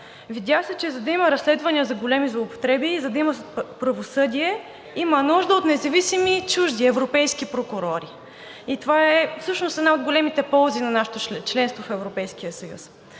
Видя се, че за да има разследвания за големи злоупотреби и за да има правосъдие, има нужда от независими и чужди европейски прокурори и това е всъщност една от големите ползи от нашето членство в Европейския съюз.